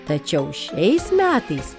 tačiau šiais metais